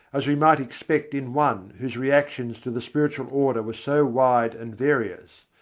as we might expect in one whose reactions to the spiritual order were so wide and various,